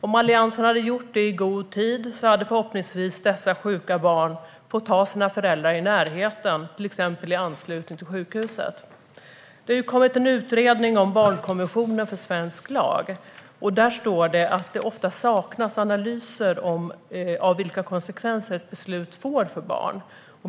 Om Alliansen hade gjort det i god tid hade förhoppningsvis dessa sjuka barn fått ha sina föräldrar i närheten, till exempel i anslutning till sjukhuset. Det har kommit en utredning, Barnkonventionen blir svensk lag . Där står det att det ofta saknas analyser av vilka konsekvenser ett beslut får för barn.